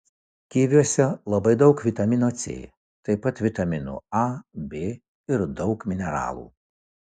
kiviuose labai daug vitamino c taip pat vitaminų a b ir daug mineralų